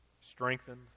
strengthened